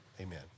amen